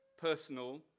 personal